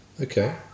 Okay